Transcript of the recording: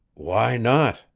why not?